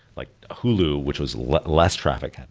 like hulu, which was less less traffic,